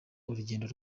urugendo